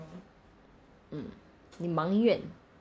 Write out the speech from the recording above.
嗯你埋怨